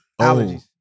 Allergies